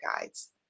guides